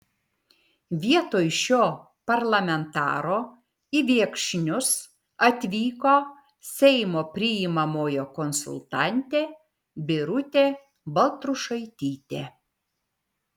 vietoj šio parlamentaro į viekšnius atvyko seimo priimamojo konsultantė birutė baltrušaitytė